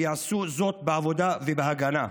ועשו זאת בעבודה ובהגנה.